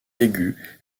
aigu